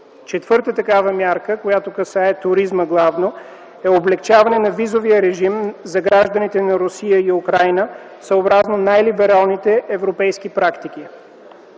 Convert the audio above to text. Четвърта такава мярка, която касае туризма главно, е облекчаване на визовия режим за гражданите на Русия и Украйна, съобразно най-либералните европейски практики.